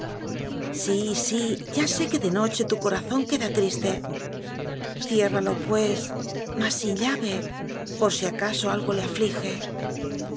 sí ya sé que de noche tu corazón queda triste ciérralo pues mas sin llave por si acaso algo le aflige